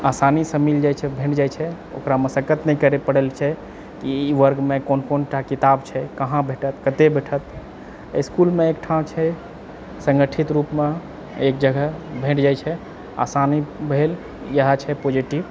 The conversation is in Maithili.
आसानीसँ मिल जाइत छै भेट जाइत छै ओकरा मशक्कत नहि करए पड़ै छै कि ई वर्गमे कोन कोनटा किताब छै कहाँ भेटत कते भेटत इसकुलमे एकठाँ छै सङ्गठित रूपमे एक जगह भेट जाइत छै आसानी भेल इहए छै पॉजिटिव